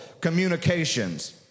communications